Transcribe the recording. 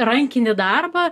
rankinį darbą